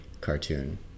cartoon